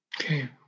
Okay